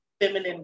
feminine